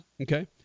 Okay